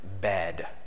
bed